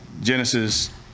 Genesis